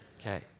Okay